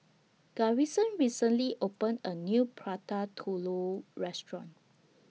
Garrison recently opened A New Prata Telur Restaurant